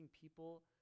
people